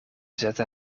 zette